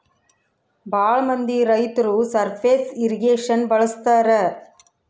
ಭಾಳ ಮಂದಿ ರೈತರು ಸರ್ಫೇಸ್ ಇರ್ರಿಗೇಷನ್ ಬಳಸ್ತರ